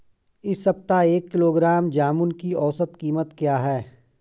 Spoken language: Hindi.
इस सप्ताह एक किलोग्राम जामुन की औसत कीमत क्या है?